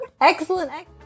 Excellent